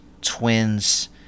Twins